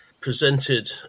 presented